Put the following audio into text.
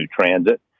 transit